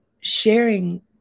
sharing